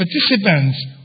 participants